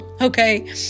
Okay